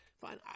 Fine